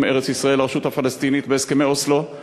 מארץ-ישראל לרשות הפלסטינית בהסכמי אוסלו הם